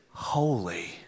holy